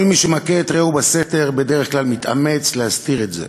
כל מי שמכה את רעהו בסתר בדרך כלל מתאמץ להסתיר את זה,